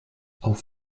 auf